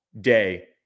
day